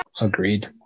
Agreed